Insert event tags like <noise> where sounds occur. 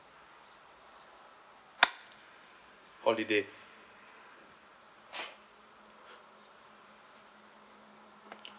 <noise> holiday